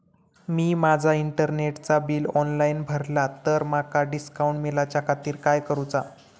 मी माजा इंटरनेटचा bill online भरला तर माका डिस्काउंट मिलाच्या खातीर काय करुचा?